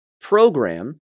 program